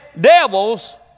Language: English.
devils